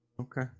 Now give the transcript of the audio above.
Okay